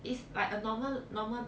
it's like a normal normal